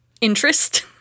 interest